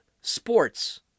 sports